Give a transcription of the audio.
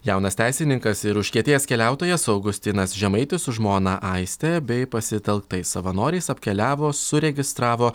jaunas teisininkas ir užkietėjęs keliautojas augustinas žemaitis su žmona aiste bei pasitelktais savanoriais apkeliavo suregistravo